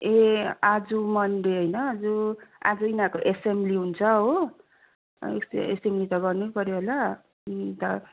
ए आज मन्डे होइन आज आज यिनीहरूको एसेम्ब्ली हुन्छ हो यसो एसेम्ब्ली त गर्नैपर्यो होला अनि त